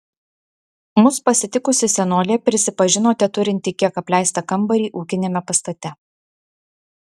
mus pasitikusi senolė prisipažino teturinti kiek apleistą kambarį ūkiniame pastate